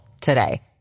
today